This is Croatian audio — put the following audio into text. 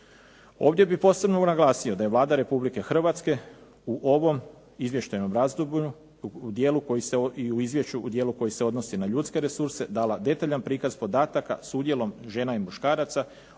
Ovdje bih posebno naglasio da Vlada Republike Hrvatske u ovom izvještajnom razdoblju i u izvješću u dijelu koji se odnosi na ljudske resurse dala detaljan prikaz podataka s udjelom žena i muškaraca